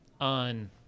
on